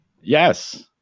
Yes